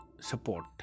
support